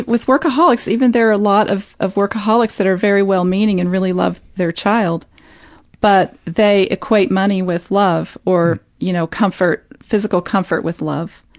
with workaholics even there are a lot of of workaholics that are very well-meaning and really love their child but they equate money with love or, you know, comfort physical comfort with love,